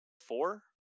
four